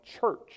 church